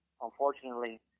unfortunately